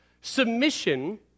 Submission